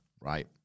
right